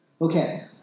Okay